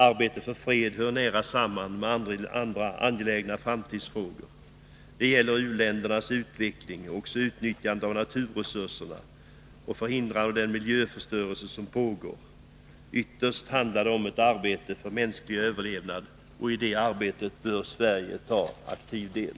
Arbetet för fred hör nära samman med andra angelägna framtidsfrågor. Det gäller u-ländernas utveckling och även utnyttjandet av naturresurserna och förhindrandet av den miljöförstörelse som pågår. Ytterst handlar det om ett arbete för mänsklig överlevnad, och i det arbetet bör Sverige ta aktiv del.